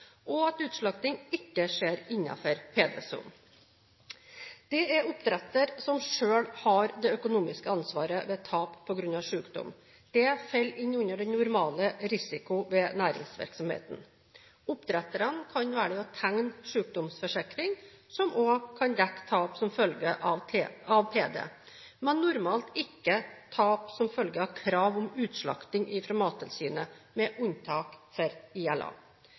og at utslakting ikke skjer innenfor PD-sonen. Det er oppdretteren selv som har det økonomiske ansvaret ved tap på grunn av sykdom. Det faller innunder den normale risiko ved næringsvirksomheten. Oppdretterne kan velge å tegne sykdomsforsikring, som også kan dekke tap som følge av PD, men normalt ikke tap som følge av krav om utslakting fra Mattilsynet – med unntak for ILA.